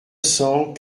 cent